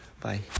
Bye